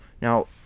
Now